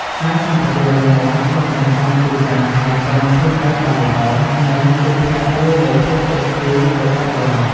កាយសម្បទារឹងមាំឆ្លុះបញ្ចាំងពីការថែទាំខ្លួនឯងបានល្អ និងជាផ្នែកមួយនៃភាពទាក់ទាញរបស់បុរស។